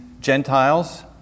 Gentiles